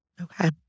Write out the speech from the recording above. Okay